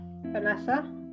Vanessa